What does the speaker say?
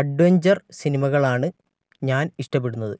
adventure സിനിമകളാണ് ഞാൻ ഇഷ്ടപ്പെടുന്നത്